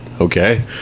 okay